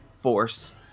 force